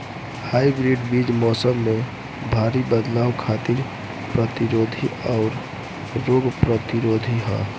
hybrid बीज मौसम में भारी बदलाव खातिर प्रतिरोधी आउर रोग प्रतिरोधी ह